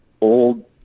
old